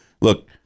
Look